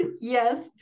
Yes